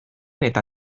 eta